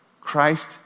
Christ